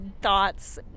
thoughts